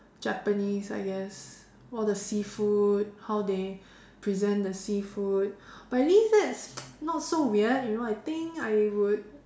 Japanese I guess all the seafood how they present the seafood but at least that's not so weird you know I think I would